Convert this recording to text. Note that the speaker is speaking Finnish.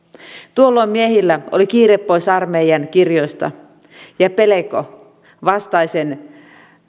tuolloin miehillä oli kiire pois armeijan kirjoista ja pelko vastaisen